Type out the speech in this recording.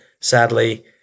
sadly